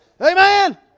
Amen